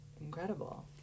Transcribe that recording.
Incredible